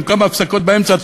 עם כמה הפסקות באמצע,